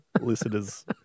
listeners